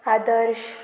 आदर्श